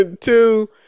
two